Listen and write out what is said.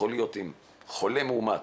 אם חולק מאומת